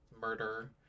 murder